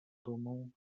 dumą